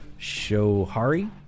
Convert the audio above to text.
Shohari